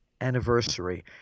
anniversary